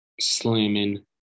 slamming